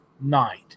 night